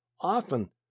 Often